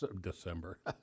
December